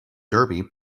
derby